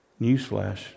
Newsflash